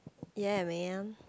ya man